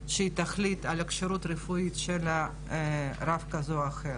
תחליט על הכשירות הרפואית של רב כזה או אחר,